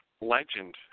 Legend